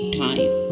time